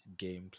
gameplay